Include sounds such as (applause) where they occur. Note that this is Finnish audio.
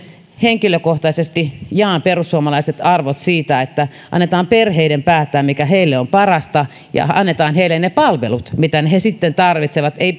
henkilökohtaisesti jaan perussuomalaiset arvot siitä että annetaan perheiden päättää mikä heille on parasta ja annetaan heille ne palvelut mitä he sitten tarvitsevat ei (unintelligible)